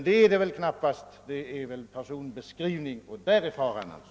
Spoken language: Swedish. Det gäller emellertid snarare personbeskrivningar, och i så fall är det fara på färde.